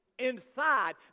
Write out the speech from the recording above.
inside